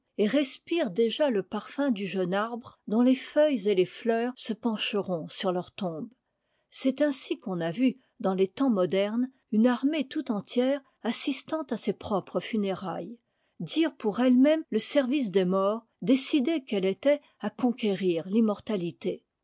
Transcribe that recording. respirent déjà le parfum du jeune arbre dont les feuilles et les fleurs se pencheront sur leurs tombes c'est ainsi qu'on a vu dans les temps modernes une armée tout entière assistant à ses propres funérailles dire pour ellemême le service des morts décidée qu'elle était à conquérir l'immortalité